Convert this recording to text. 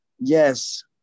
Yes